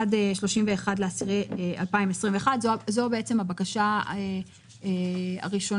עד 31 באוקטובר 2021. זו הבקשה הראשונה.